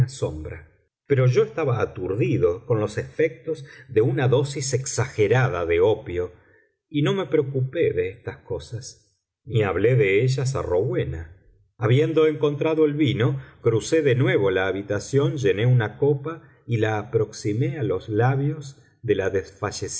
sombra pero yo estaba aturdido con los efectos de una dosis exagerada de opio y no me preocupé de estas cosas ni hablé de ellas a rowena habiendo encontrado el vino crucé de nuevo la habitación llené una copa y la aproximé a los labios de la